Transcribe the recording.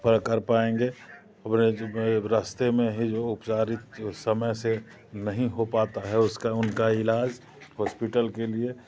कर पाएँगे रास्ते में है जो उपचारित समय से नहीं हो पता है उसका उनका इलाज हॉस्पिटल के लिए